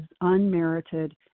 unmerited